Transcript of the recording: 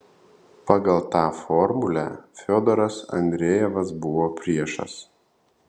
pagal tą formulę fiodoras andrejevas buvo priešas